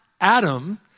Adam